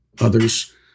others